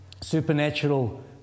supernatural